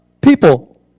people